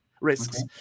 risks